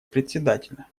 председателя